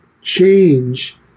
change